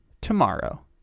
tomorrow